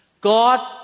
God